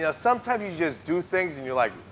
yeah sometimes you just do things and you're like,